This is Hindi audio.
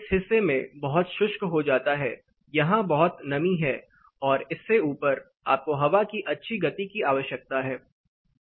इस हिस्से में बहुत शुष्क हो जाता है यहां बहुत नमी है और इससे ऊपर आपको हवा की अच्छी गति की आवश्यकता है